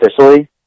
officially